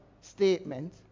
statement